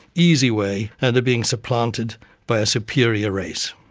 easy way, and are being supplanted by a superior race.